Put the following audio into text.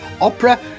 opera